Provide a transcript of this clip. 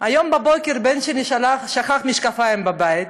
היום בבוקר הבן שלי שכח את המשקפיים בבית,